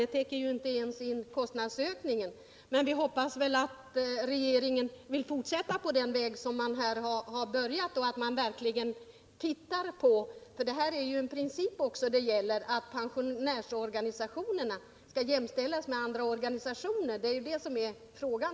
Det täcker inte ens in kostnadsökningen. Men vi hoppas att regeringen vill fortsätta på den väg man har börjat och har detta under uppsikt. Det gäller här också en princip, nämligen att pensionärsorganisationerna skall jämställas med andra organisationer. Det är det som är frågan.